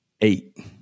Eight